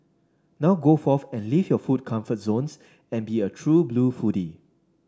now go forth and leave your food comfort zones and be a true blue foodie